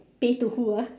pay to who ah